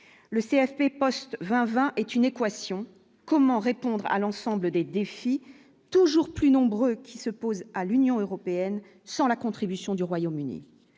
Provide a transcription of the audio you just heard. le CHP Post 20 20 est une équation : comment répondre à l'ensemble des défis toujours plus nombreux qui se posent à l'Union européenne sans la contribution du Royaume-Uni,